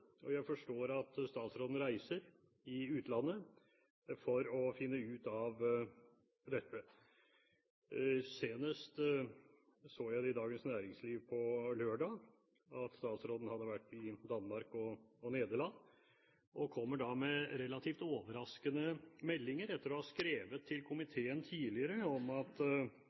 og jeg forstår at statsråden reiser til utlandet for å finne ut av dette. Senest så jeg i Dagens Næringsliv på lørdag at statsråden hadde vært i Danmark og Nederland. Han kom med relativt overraskende meldinger, etter å ha skrevet til komiteen tidligere om at